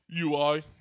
UI